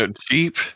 cheap